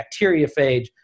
bacteriophage